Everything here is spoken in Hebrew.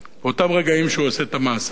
באותם רגעים שהוא עושה את המעשה הזה.